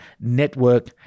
Network